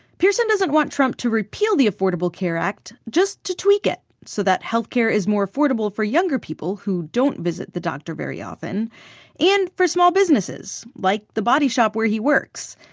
doesn't want trump to repeal the affordable care act, just to tweak it so that health care is more affordable for younger people who don't visit the doctor very often and for small businesses, like the body shop where he works.